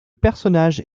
personnage